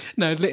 No